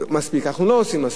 אנחנו לא עושים מספיק.